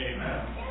Amen